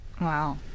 Wow